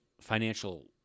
financial